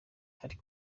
ariko